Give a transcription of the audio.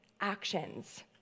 actions